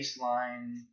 baseline